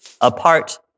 apart